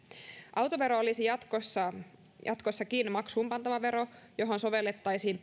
autovero olisi jatkossakin maksuunpantava vero johon sovellettaisiin